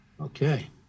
Okay